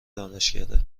دانشکده